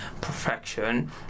perfection